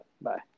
Bye